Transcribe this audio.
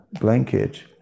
blanket